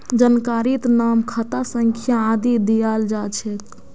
जानकारीत नाम खाता संख्या आदि दियाल जा छेक